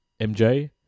MJ